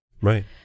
Right